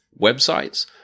websites